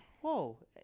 Whoa